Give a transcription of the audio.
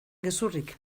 gezurrik